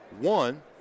one